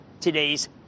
today's